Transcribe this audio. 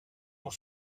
pour